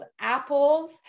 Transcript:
apples